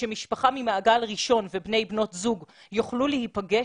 שמשפחה ממעגל ראשון ובני ובנות זוג יוכלו להיפגש,